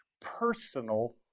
personal